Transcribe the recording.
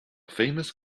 famous